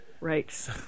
Right